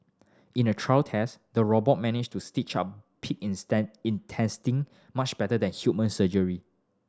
in a trial test the robot managed to stitch up pig instance intestine much better than human surgery